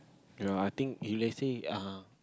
ya I think if let's say uh